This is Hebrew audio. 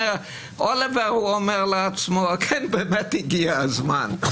אוליבר אמר לעצמו: כן, באמת הגיע הזמן.